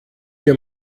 mir